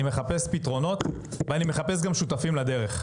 אני מחפש פתרונות ואני מחפש גם שותפים לדרך.